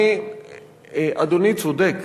אדוני צודק,